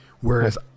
Whereas